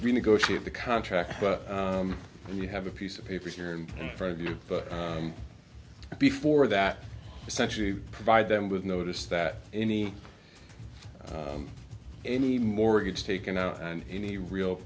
renegotiate the contract and we have a piece of paper here in front of you but before that essentially provide them with notice that any any mortgage taken out and any real